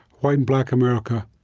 white and black america,